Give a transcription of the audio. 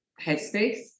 headspace